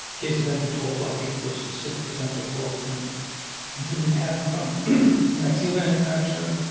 cases and controls, but eight versus six percent or four percent who didn't have vaccine manufacturer.